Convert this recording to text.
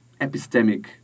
epistemic